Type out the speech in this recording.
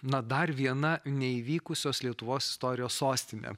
na dar viena neįvykusios lietuvos istorijos sostinė